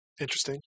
interesting